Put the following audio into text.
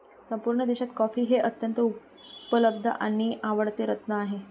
संपूर्ण देशात कॉफी हे अत्यंत उपलब्ध आणि आवडते रत्न आहे